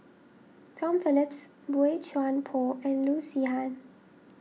Tom Phillips Boey Chuan Poh and Loo Zihan